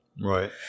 Right